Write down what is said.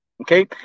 okay